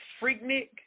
freaknik